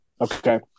Okay